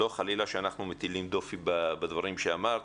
לא חלילה שאנחנו מטילים דופי בדברים שאמרת.